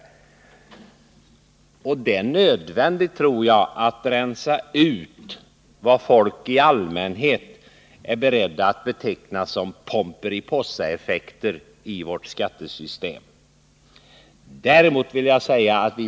Jag tror därför att det är nödvändigt att rensa ut de effekter i vårt skattesystem som folk i allmänhet är benägna att beteckna som Pomperipossaeffekter.